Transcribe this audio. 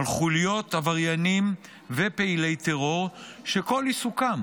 על חוליות עבריינים ופעילי טרור שכל עיסוקם